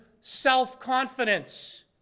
self-confidence